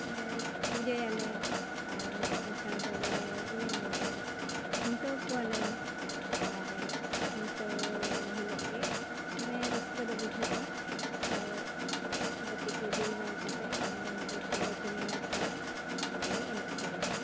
ᱚᱱᱮ ᱯᱩᱡᱟᱹᱭᱟᱞᱮ ᱟᱨ ᱫᱚᱥᱟᱨ ᱫᱚᱞᱮ ᱤᱭᱟᱹ ᱠᱷᱩᱱᱴᱟᱹᱣ ᱠᱚᱣᱟᱞᱮ ᱟᱨ ᱠᱷᱩᱱᱴᱟᱹᱣ ᱦᱤᱞᱳᱜ ᱜᱮ ᱢᱟᱱᱮ ᱨᱟᱹᱥᱠᱟᱹ ᱫᱚ ᱵᱩᱡᱷᱟᱹᱜᱼᱟ ᱛᱚ ᱵᱟᱹᱛᱤ ᱠᱚ ᱡᱩᱞ ᱵᱟᱲᱟ ᱠᱟᱛᱮ ᱟᱨ ᱰᱟᱹᱝᱨᱤ ᱠᱚᱞᱮ ᱪᱩᱢᱟᱹᱲᱟ ᱠᱚᱣᱟ ᱟᱨ ᱞᱮ ᱮᱱᱮᱡ ᱥᱮᱨᱮᱧᱟ